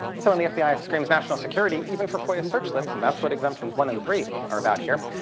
so when the fbi screams national security, even for foia search slips and that's what exemptions one and three are about here